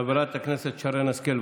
חברת הכנסת שרן השכל.